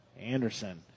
Anderson